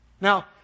Now